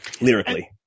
lyrically